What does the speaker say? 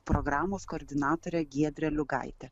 programos koordinatorė giedrė liugaitė